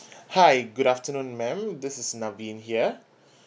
hi good afternoon ma'am this is naveen here